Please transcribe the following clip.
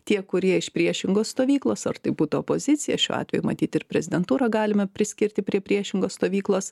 tie kurie iš priešingos stovyklos ar tai būtų opozicija šiuo atveju matyt ir prezidentūrą galime priskirti prie priešingos stovyklos